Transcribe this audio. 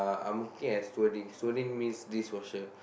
uh I'm working as stewarding stewarding means dishwasher